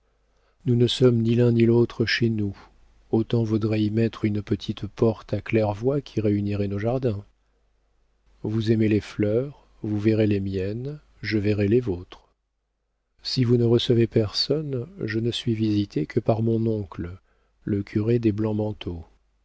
nous ne sommes ni l'un ni l'autre chez nous autant vaudrait y mettre une petite porte à claire-voie qui réunirait nos jardins vous aimez les fleurs vous verrez les miennes je verrai les vôtres si vous ne recevez personne je ne suis visité que par mon oncle le curé des